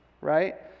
right